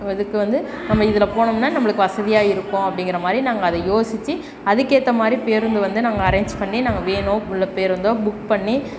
இதுக்கு வந்து நம்ம இதில் போனோம்னால் நம்மளுக்கு வசதியாக இருக்கும் அப்படிங்கிற மாதிரி நாங்கள் அதை யோசித்து அதுக்கேற்ற மாதிரி பேருந்து வந்து நாங்கள் அரேஞ்ச் பண்ணி நாங்கள் வேனோ இல்லை பேருந்தோ புக் பண்ணி